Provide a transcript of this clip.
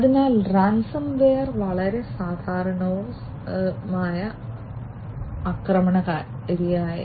അതിനാൽ ransom ware വളരെ സാധാരണവും സാധാരണവുമായ ആക്രമണകാരിയാണ്